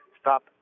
Stop